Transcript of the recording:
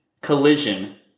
collision